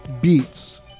Beats